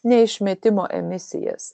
ne išmetimo emisijas